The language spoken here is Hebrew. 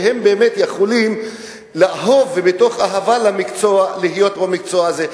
שהם באמת יכולים לאהוב ומתוך אהבה למקצוע להיות במקצוע הזה,